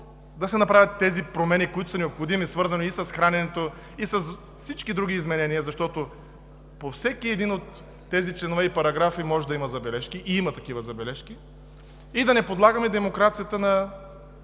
да се направят промените, които са необходими, свързани и с храненето, и с всички други изменения, защото по всеки един от тези членове и параграфи може да има забележки, и има такива забележки. И да не подлагаме демокрацията на